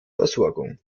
versorgung